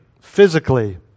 physically